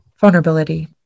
vulnerability